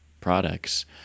products